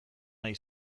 nahi